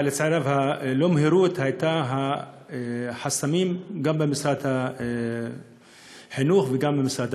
אבל לצערנו הלא-מהירוּת הייתה החסמים גם במשרד החינוך וגם במשרד הפנים.